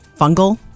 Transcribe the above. fungal